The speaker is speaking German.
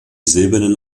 silbernen